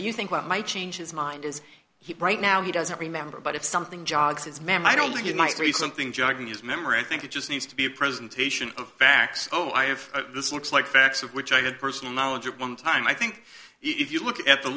so you think what might change his mind is right now he doesn't remember but if something jogs his ma'am i don't think it might be something jog his memory i think it just needs to be a presentation of facts oh i have this looks like facts of which i had personal knowledge at one time i think if you look at the